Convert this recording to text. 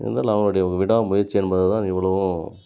இருந்தாலும் அவர்களுடைய விடா முயற்சி என்பதுதான் இவ்வளவும்